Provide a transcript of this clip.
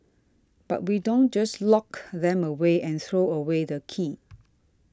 but we don't just lock them away and throw away the key